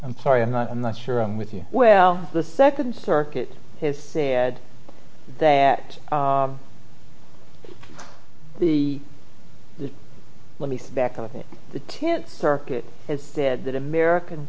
i'm sorry i'm not i'm not sure i'm with you well the second circuit has said that the least back of the tenth circuit has said that american